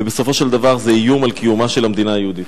ובסופו של דבר זה איום על קיומה של המדינה היהודית.